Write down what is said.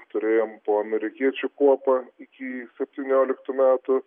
turėjom po amerikiečių kuopą iki septynioliktų metų